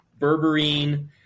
berberine